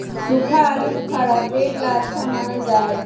सूखा आलूबुखारा पेट ला अच्छा मानल जा हई